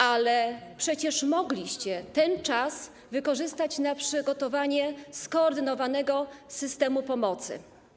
Ale przecież mogliście ten czas wykorzystać na przygotowanie skoordynowanego systemu pomocy.